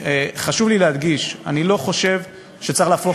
חשוב לי להדגיש: אני לא חושב שצריך להפוך